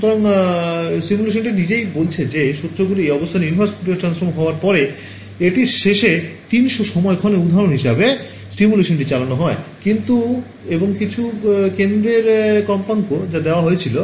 সুতরাং সিমুলেশনটি নিজেই বলেছে যে সূত্রগুলি এই অবস্থানে inverse Fourier transform হওয়ার পরে এটির শেষে 300 সময় ক্ষণে উদাহরণ হিসাবে সিমুলেশনটি চালানো হয় এবং কিছু কেন্দ্রের ফ্রিকোয়েন্সি যা দেওয়া ছিল